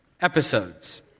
episodes